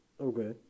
Okay